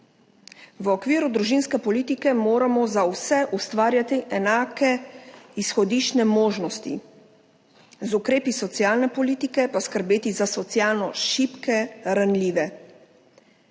V okviru družinske politike moramo za vse ustvarjati enake izhodiščne možnosti, z ukrepi socialne politike pa skrbeti za socialno šibke, ranljive.